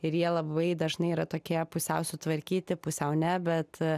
ir jie labai dažnai yra tokie pusiau sutvarkyti pusiau ne bet